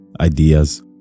ideas